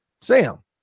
Sam